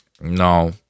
No